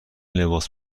لباس